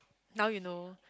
now you know